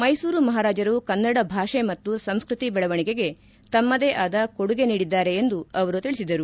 ಮೈಸೂರು ಮಹಾರಾಜರು ಕನ್ನಡ ಭಾಷೆ ಮತ್ತು ಸಂಸ್ಕತಿ ಬೆಳವಣಿಗೆಗೆ ತಮ್ಮದೇ ಆದ ಕೊಡುಗೆ ನೀಡಿದ್ದಾರೆ ಎಂದು ಅವರು ತಿಳಿಸಿದರು